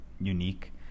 unique